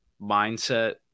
mindset